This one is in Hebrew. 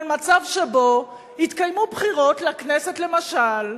מצב שבו התקיימו בחירות לכנסת למשל,